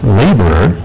laborer